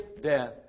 death